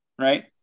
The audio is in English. right